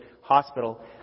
Hospital